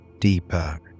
deeper